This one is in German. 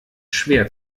schwer